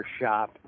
shop